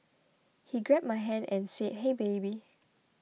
he grabbed my hand and said hey baby